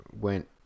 went